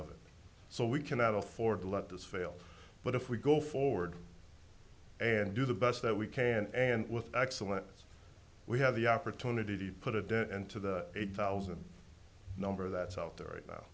of it so we cannot afford to let this fail but if we go forward and do the best that we can and with excellence we have the opportunity to put a dent into the eight thousand number that's out there right now